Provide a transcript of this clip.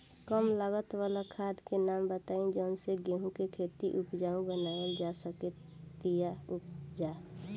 कम लागत वाला खाद के नाम बताई जवना से गेहूं के खेती उपजाऊ बनावल जा सके ती उपजा?